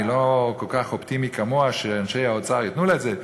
אני לא כל כך אופטימי כמוה שאנשי האוצר ייתנו לה את זה,